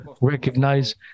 recognize